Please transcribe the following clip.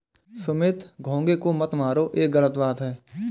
सुमित घोंघे को मत मारो, ये गलत बात है